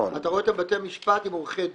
אתה רואה אותם בבתי משפט עם עורכי דין.